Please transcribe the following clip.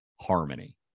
harmony